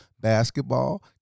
basketball